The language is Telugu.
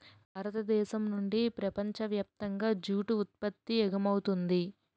భారతదేశం నుండి ప్రపంచ వ్యాప్తంగా జూటు ఉత్పత్తి ఎగుమవుతుంది